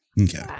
Okay